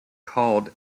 called